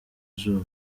izuba